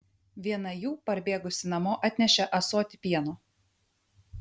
viena jų parbėgusi namo atnešė ąsotį pieno